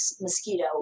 mosquito